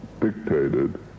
dictated